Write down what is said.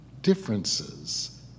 differences